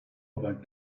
about